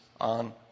on